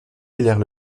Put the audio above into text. hilaire